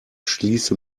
schließe